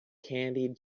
candied